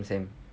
same same